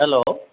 hello